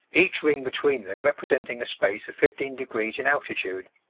each ring between them representing a space of fifteen degrees in altitude.